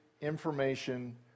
information